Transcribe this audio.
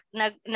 nag